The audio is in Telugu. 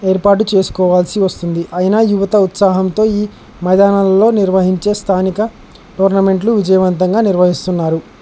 ఏర్పాటు చేసుకోవాల్సి వస్తుంది అయినా యువత ఉత్సాహంతో ఈ మైదానాలలో నిర్వహించే స్థానిక టోర్నమెంట్లు విజయవంతంగా నిర్వహిస్తున్నారు